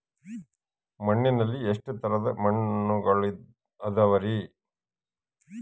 ಮಣ್ಣಿನಲ್ಲಿ ಎಷ್ಟು ತರದ ಮಣ್ಣುಗಳ ಅದವರಿ?